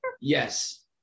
Yes